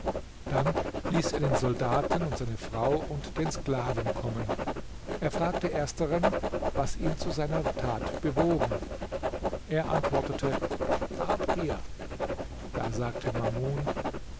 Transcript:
dann ließ er den soldaten und seine frau und den sklaven kommen er fragte ersteren was ihn zu seiner tat bewogen er antwortete habgier da sagte mamun